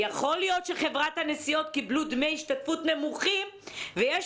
יכול להיות שחברת הנסיעות קיבלה דמי השתתפות נמוכים ויש